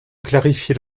clarifier